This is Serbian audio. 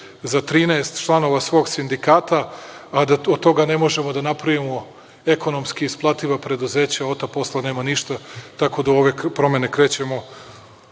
za 13 članova svog sindikata, a da od toga ne možemo da napravimo ekonomski isplativa preduzeća, od ta posla nema ništa, tako da u ove promene krećemo